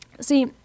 See